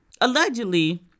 allegedly